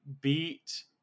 beat